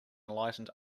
enlightened